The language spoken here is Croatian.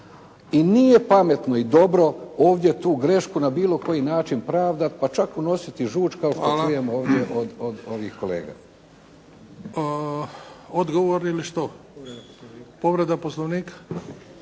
i nije pametno i dobro ovdje tu grešku na bilo koji način pravdati, pa čak unositi žuč kao što čujemo ovdje od ovih kolega. **Bebić, Luka (HDZ)** Hvala.